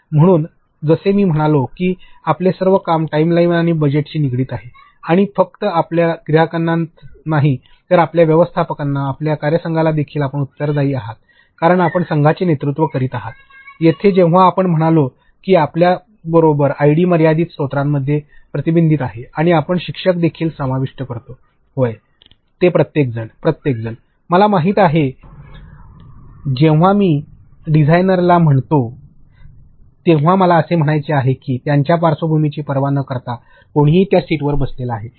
म्हणून जसे मी म्हणालो की आपले सर्व काम टाइमलाइन आणि बजेटशी निगडित आहे आणि फक्त आपल्या ग्राहकांनाच नाही तर आपल्या व्यवस्थापकांना आपल्या कार्यसंघाला देखील आपण उत्तरदायी आहात कारण आपण संघाचे नेतृत्व करीत आहात येथे जेव्हा आपण म्हणतो की आपल्याबरोबर आयडी मर्यादित स्त्रोतांमध्ये प्रतिबंधित आहे आणि आपण शिक्षक देखील समाविष्ट करतो होय ते प्रत्येकजण प्रत्येकजण मला माहित आहे की जेव्हा मी डिझाइनर म्हणतो तेव्हा मला असे म्हणायचे आहे की त्यांच्या पार्श्वभूमीची पर्वा न करता कोणीही त्या सीटवर बसलेला आहे